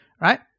right